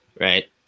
right